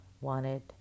wanted